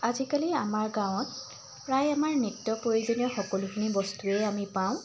আজিকালি আমাৰ গাঁৱত প্ৰায় আমাৰ নিত্য প্ৰয়োজনীয় সকলোখিনি বস্তুৱে আমি পাওঁ